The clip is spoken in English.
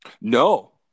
No